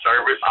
service